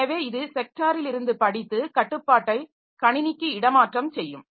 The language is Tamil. எனவே இது ஸெக்டாரிலிருந்து படித்து கட்டுப்பாட்டை கணினிக்கு இடமாற்றம் செய்யும்